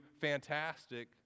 fantastic